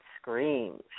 screams